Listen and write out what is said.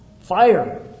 Fire